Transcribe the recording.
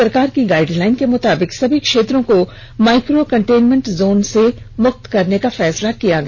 सरकार की गाइडलाइन के मुताबिक सभी क्षेत्रों को माइक्रो कंटेनमेंट जोन से मुक्त करने का फैसला लिया गया